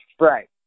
Right